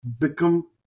become